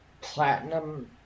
platinum